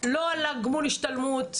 לא על גמול השתלמות.